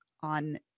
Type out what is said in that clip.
on